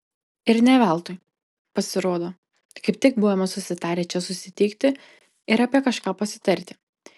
ir ne veltui pasirodo kaip tik buvome susitarę čia susitikti ir apie kažką pasitarti